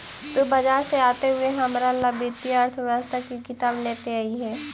तु बाजार से आते हुए हमारा ला वित्तीय अर्थशास्त्र की किताब लेते अइहे